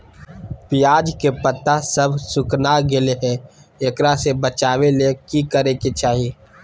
प्याज के पत्ता सब सुखना गेलै हैं, एकरा से बचाबे ले की करेके चाही?